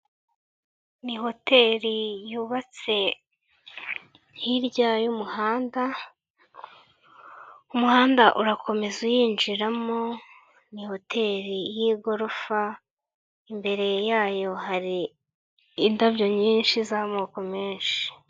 Ni hoteri yubatse hirya y'umuhanda, umuhanda urakomeza uyinjiramo ni hoteri y'igorofa, imbere yayo hari indabyo nyinshi z'amoko menshi.